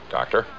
Doctor